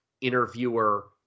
interviewer